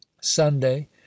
sunday